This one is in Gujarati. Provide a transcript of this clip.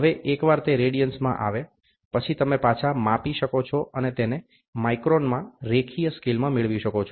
હવે એકવાર તે રેડિઅન્સમાં આવે પછી તમે પાછા માપી શકો છો અને તેને માઇક્રોનમાં રેખીય સ્કેલમાં મેળવી શકો છો